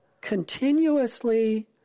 continuously